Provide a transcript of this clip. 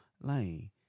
Lane